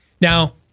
Now